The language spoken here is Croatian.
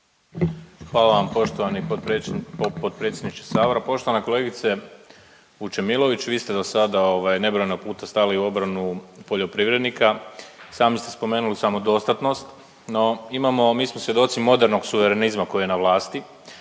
Hvala vam poštovani potpredsjedniče sabora. Poštovana kolegice Vučemilović vi ste do sada ovaj, nebrojeno puta stali u obranu poljoprivrednika. Sami ste spomenuli samodostatnost no imamo, mi smo svjedoci modernog suverenizma koji je na vlasti,